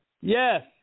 Yes